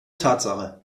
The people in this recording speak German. tatsache